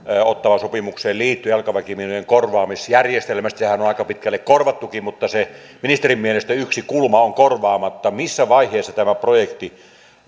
ottawan sopimukseen liittyen jalkaväkimiinojen korvaamisjärjestelmästä sehän on aika pitkälle korvattukin mutta ministerin mielestä yksi kulma on korvaamatta missä vaiheessa tämä projekti